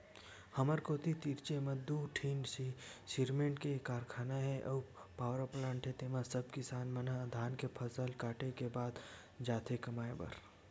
हमर कोती तीरेच म दू ठीन सिरमेंट के कारखाना हे अउ पावरप्लांट हे तेंमा सब किसान मन ह धान के फसल काटे के बाद जाथे कमाए बर